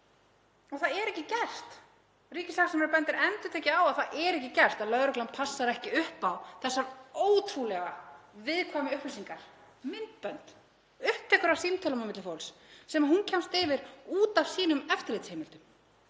Það er ekki gert. Ríkissaksóknari bendir endurtekið á að það sé ekki gert. Lögreglan passar ekki upp á þessar ótrúlega viðkvæmar upplýsingar, myndbönd, upptökur af símtölum milli fólks sem hún kemst yfir út af sínum eftirlitsheimildum.